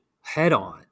head-on